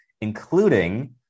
including